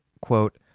quote